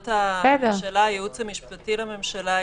עמדת הייעוץ המשפטי לממשלה,